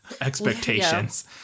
expectations